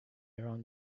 around